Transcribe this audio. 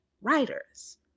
writers